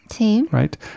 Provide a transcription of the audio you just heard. Right